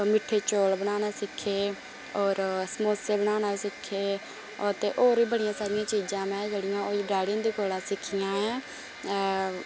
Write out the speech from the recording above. मिट्ठे चौल बनाना सिक्खे और समोसे बनाना सिक्खे ते और बी बडियां सारियां चिजा में जेहड़ियां डैडी उंदे कोला सिक्खियां ऐं